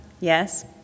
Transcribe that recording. Yes